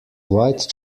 white